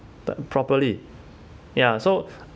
properly ya so